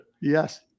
Yes